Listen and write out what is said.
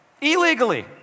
illegally